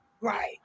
Right